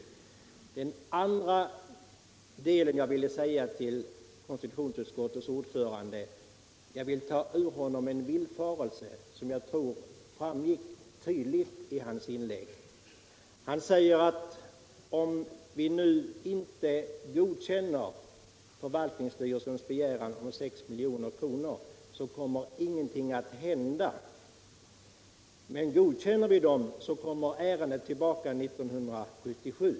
Mitt andra önskemål är att ta konstitutionsutskottets ordförande ur en villfarelse, som framgick tydligt av hans inlägg. Han sade att om vi nu inte godkänner förvaltningsstyrelsens begäran om 6 milj.kr., kommer ingenting att hända, men godkänner vi begäran återkommer ärendet 1977.